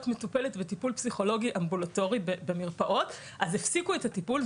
מטופלת בטיפול פסיכולוגי אמבולטורי במרפאות אז הפסיקו את הטיפול,